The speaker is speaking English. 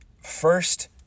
first